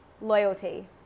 Loyalty